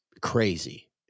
crazy